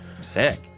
Sick